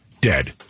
dead